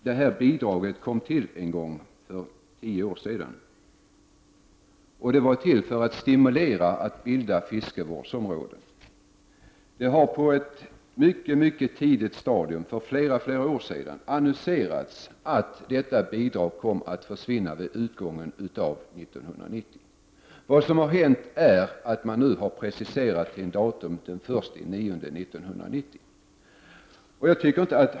Det här bidraget kom till för tio år sedan, och det var ägnat att stimulera bildande av fiskevårdsområden. På ett mycket tidigt stadium, för flera år sedan, har det annonserats att detta bidrag skulle komma att försvinna vid utgången av 1990. Vad som har hänt är att man nu har preciserat ett datum, den 1 september 1990.